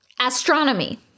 Astronomy